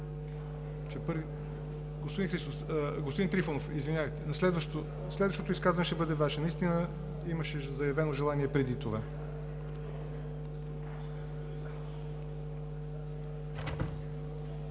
Господин Трифонов, извинявайте, следващото изказване ще бъде Ваше. Имаше заявено желание преди това.